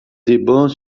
débat